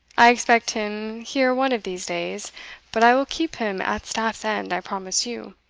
i expect him here one of these days but i will keep him at staff's end, i promise you.